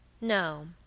No